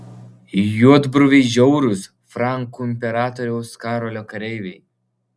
juodbruviai žiaurūs frankų imperatoriaus karolio kareiviai